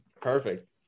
Perfect